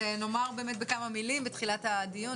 נאמר בכמה מילים בתחילת הדיון,